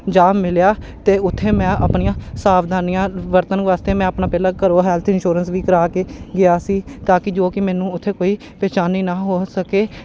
ਜਾ ਮਿਲਿਆ ਅਤੇ ਉੱਥੇ ਮੈਂ ਆਪਣੀਆਂ ਸਾਵਧਾਨੀਆਂ ਵਰਤਣ ਵਾਸਤੇ ਮੈਂ ਆਪਣਾ ਪਹਿਲਾਂ ਘਰੋਂ ਹੈਲਥ ਇੰਸ਼ੋਰੈਂਸ ਵੀ ਕਰਵਾ ਕੇ ਗਿਆ ਸੀ ਤਾਂ ਕਿ ਜੋ ਕਿ ਮੈਨੂੰ ਉੱਥੇ ਕੋਈ ਪ੍ਰੇਸ਼ਾਨੀ ਨਾ ਹੋ ਸਕੇ